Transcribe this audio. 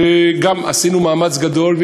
עשינו מאמץ גדול,